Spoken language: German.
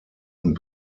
und